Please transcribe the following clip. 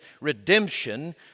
redemption